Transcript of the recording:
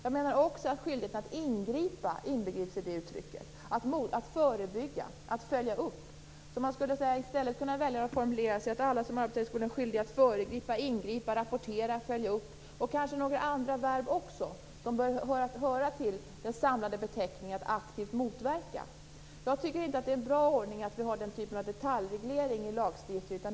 Jag menar också att skyldighet att ingripa inbegrips i det uttrycket, liksom skyldighet att förebygga och att följa upp. Man skulle alltså i stället kunna formulera det så, att alla som arbetar i skolan är skyldiga att förebygga, ingripa, rapportera, följa upp och kanske ytterligare några verb som kan inbegripas i den samlade beteckningen "att aktivt motverka". Jag tycker inte att det är en bra ordning att ha den typen av detaljreglering i lagen.